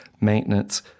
maintenance